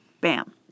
Bam